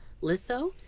Litho